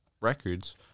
records